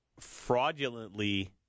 fraudulently